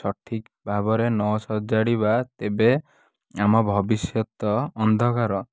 ସଠିକ୍ ଭାବରେ ନ ସଜାଡ଼ିବା ତେବେ ଆମ ଭବିଷ୍ୟତ ଅନ୍ଧକାର